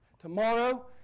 Tomorrow